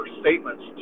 statements